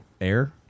Air